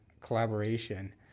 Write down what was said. collaboration